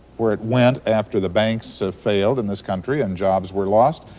where it went after the banks so failed in this country and jobs were lost,